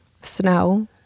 snow